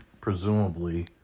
presumably